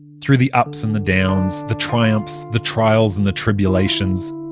through the ups and the downs, the triumphs, the trials and the tribulations.